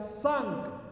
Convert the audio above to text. sunk